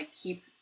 keep